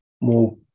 more